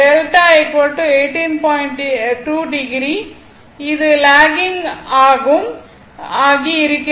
2o இது locking ஆகி இருக்கிறது